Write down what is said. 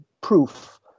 proof